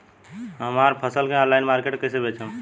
हमार फसल के ऑनलाइन मार्केट मे कैसे बेचम?